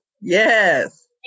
yes